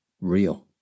real